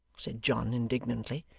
said john indignantly.